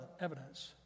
evidence